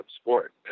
sport